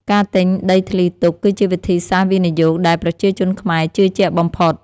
ការទិញដីធ្លីទុក គឺជាវិធីសាស្ត្រវិនិយោគដែលប្រជាជនខ្មែរជឿជាក់បំផុត។